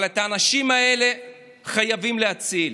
אבל את האנשים האלה חייבים להציל.